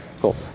cool